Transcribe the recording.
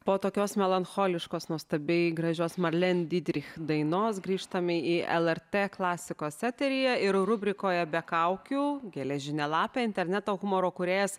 po tokios melancholiškos nuostabiai gražios marlen dytrich dainos grįžtame į lrt klasikos eteryje ir rubrikoje be kaukių geležinė lapė interneto humoro kūrėjas